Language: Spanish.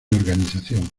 organización